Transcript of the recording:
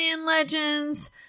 legends